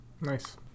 Nice